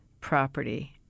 property